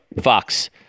Fox